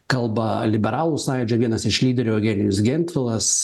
kalba liberalų sąjūdžio vienas iš lyderių eugenijus gentvilas